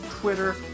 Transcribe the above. Twitter